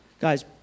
Guys